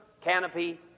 canopy